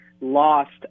lost